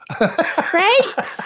Right